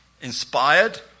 inspired